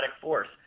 force